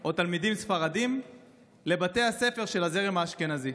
או תלמידים ספרדים לבתי הספר של הזרם האשכנזי.